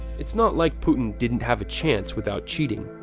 it's not like putin didn't have a chance without cheating.